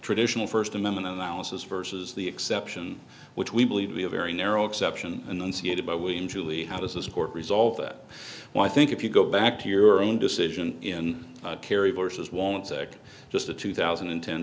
traditional first amendment analysis versus the exception which we believe to be a very narrow exception and unseated by we in julie how does this court resolve that well i think if you go back to your own decision in kerry versus won't say just the two thousand and ten